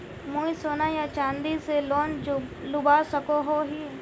मुई सोना या चाँदी से लोन लुबा सकोहो ही?